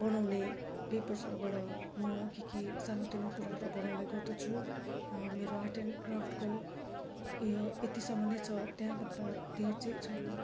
बनाउने पेपर्सबाट म के के सानोतिनो कुराहरू बनाउने गर्दछु मेरो आर्ट एन्ड क्राफ्टको उयो यतिसम्म नै छ त्यहाँभन्दा धेर चाहिँ छैन